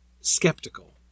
skeptical